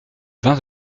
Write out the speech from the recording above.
vingt